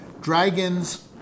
dragons